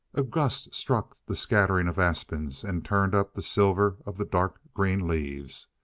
a gust struck the scattering of aspens, and turned up the silver of the dark green leaves.